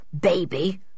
baby